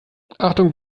achtung